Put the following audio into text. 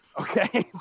okay